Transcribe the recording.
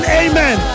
amen